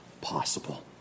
possible